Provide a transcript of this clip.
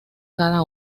cada